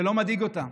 זה לא מדאיג אותם.